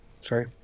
sorry